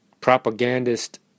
propagandist